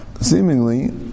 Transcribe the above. seemingly